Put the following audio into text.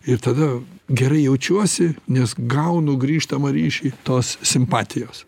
ir tada gerai jaučiuosi nes gaunu grįžtamą ryšį tos simpatijos